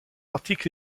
article